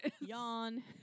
Yawn